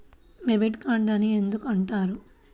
Debit card అని ఎందుకు అంటారు?